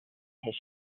his